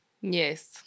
yes